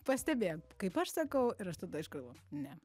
pastebėt kaip aš sakau ir aš tada aš galvoju ne